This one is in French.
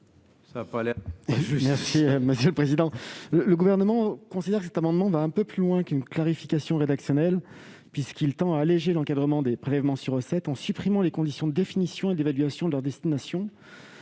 du Gouvernement ? Le Gouvernement considère que cet amendement va un peu plus loin qu'une clarification rédactionnelle, puisqu'il tend à alléger l'encadrement des prélèvements sur recettes, les PSR, en supprimant les conditions de définition et d'évaluation de leur destination